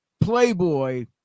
playboy